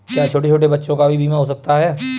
क्या छोटे छोटे बच्चों का भी बीमा हो सकता है?